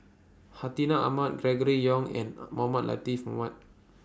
Hartinah Ahmad Gregory Yong and Mohamed Latiff Mohamed